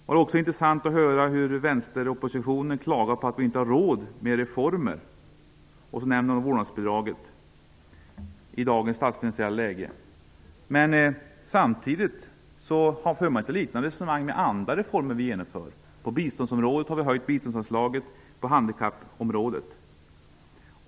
Det är också intressant att höra hur vänsteroppositionen klagar på att vi inte har råd med reformer som vårdnadsbidraget i dagens statsfinansiella läge. Samtidigt för man inte liknande resonemang om andra reformer som vi genomför, t.ex. på handikappområdet eller när det gäller höjningen av u-landsbiståndet.